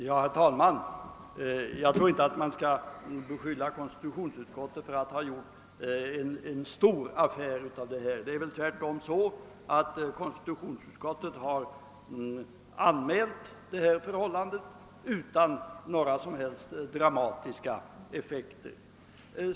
Herr talman! Jag tror inte att man skall beskylla konstitutionsutskottet för att ha gjort en stor affär av detta. Det är väl tvärtom så att konstitutionsutskottet har anmält detta förhållande utan några som helst dramatiska effekter.